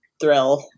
thrill